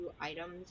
items